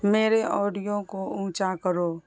میرے آڈیو کو اونچا کرو